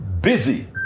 busy